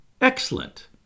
excellent